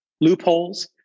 loopholes